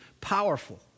powerful